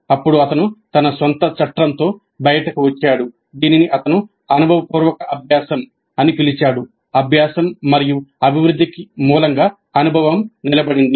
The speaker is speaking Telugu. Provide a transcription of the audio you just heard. అప్పుడు అతను తన సొంత చట్రంతో బయటకు వచ్చాడు దీనిని అతను అనుభవపూర్వక అభ్యాసం అని పిలిచాడు అభ్యాసం మరియు అభివృద్ధికి మూలంగా అనుభవం నిలబడింది